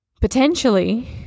Potentially